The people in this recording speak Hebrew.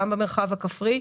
גם במרחב הכפרי,